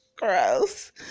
Gross